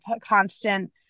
constant